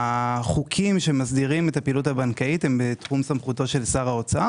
החוקים שמסדירים את הפעילות הבנקאית הם בתחום סמכותו של שר האוצר